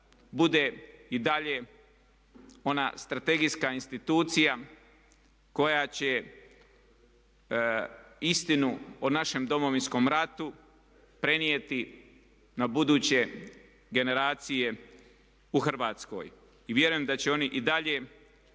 bude i dalje ona strategijska institucija koja će istinu o našem Domovinskom ratu prenijeti na buduće generacije u Hrvatskoj. I vjerujem da će oni i dalje